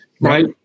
right